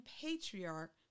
patriarch